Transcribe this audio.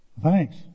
thanks